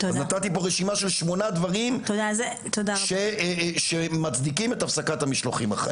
אז נתתי פה רשימה של שמונה דברים שמצדיקים את הפסקת המשלוחים החיים.